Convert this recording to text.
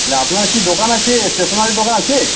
না আপনার কি দোকান আছে স্টেশনারি দোকান আছে